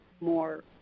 more